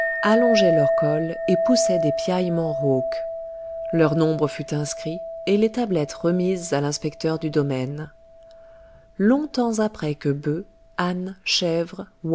allongeaient leur col et poussaient des piaillements rauques leur nombre fut inscrit et les tablettes remises à l'inspecteur du domaine longtemps après que bœufs ânes chèvres